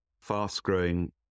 fast-growing